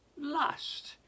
lust